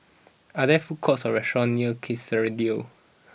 are there food courts or restaurants near Kerrisdale